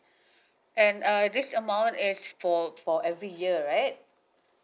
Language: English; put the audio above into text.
and uh this amount is for for every year right